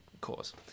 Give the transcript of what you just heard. cause